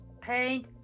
paint